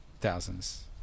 Thousands